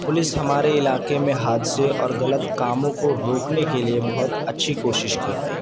police ہمارے علاقے میں حادثے اور غلط کاموں کو روکنے کے لیے بہت اچھی کوشش کر رہی ہے